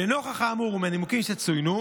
לנוכח האמור ומהנימוקים שצוינו,